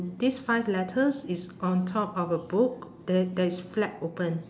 these five letters is on top of a book that that is flat open